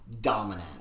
dominant